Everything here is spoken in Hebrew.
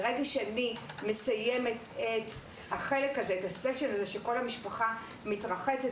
ברגע שאני מסיימת את החלק הזה שכל המשפחה מתרחצת